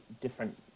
different